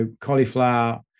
cauliflower